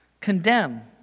Condemn